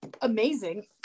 amazing